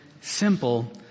simple